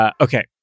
Okay